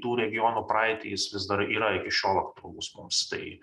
tų regionų praeitį jis vis dar yra iki šiol aktualus mums tai